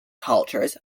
cultures